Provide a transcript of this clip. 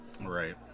Right